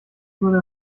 würde